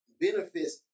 benefits